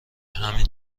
همین